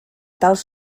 tals